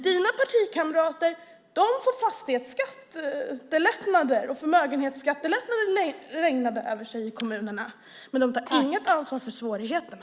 Dina partikamrater får fastighetsskattelättnader och förmögenhetsskattelättnader regnande över sig i kommunerna. Men de tar inget ansvar för svårigheterna.